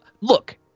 look